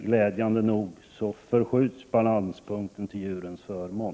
Glädjande nog förskjuts emellertid balanspunkten till djurens förmån.